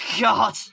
God